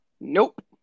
Nope